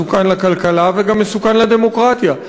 מסוכן לכלכלה וגם מסוכן לדמוקרטיה.